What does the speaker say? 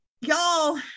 y'all